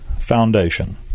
Foundation